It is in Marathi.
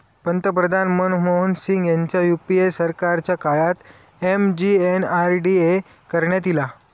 पंतप्रधान मनमोहन सिंग ह्यांच्या यूपीए सरकारच्या काळात एम.जी.एन.आर.डी.ए करण्यात ईला